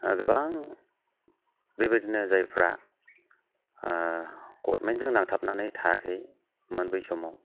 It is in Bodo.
गोबां बेबायदिनो जायफ्रा गभर्नमेन्टजों नांथाबनानै थायाखैमोन बै समाव